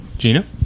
Gina